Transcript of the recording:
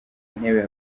ntebe